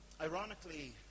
Ironically